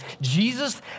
Jesus